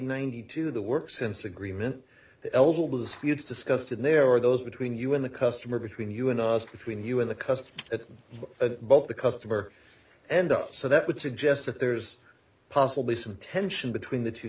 ninety two the work since agreement elbows feuds discussed and there are those between you in the customer between you and us between you and the customer at both the customer end up so that would suggest that there's possibly some tension between the two